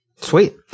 Sweet